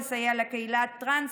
המסייע לקהילה הטרנסית,